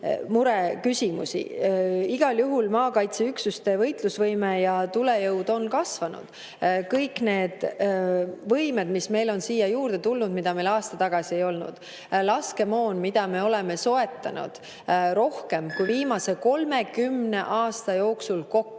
mureküsimusi. Igal juhul on maakaitseüksuste võitlusvõime ja tulejõud kasvanud kõigi nende võimete abil, mis on siia juurde tulnud, mida meil aasta tagasi ei olnud. Laskemoona me oleme soetanud rohkem kui viimase 30 aasta jooksul kokku.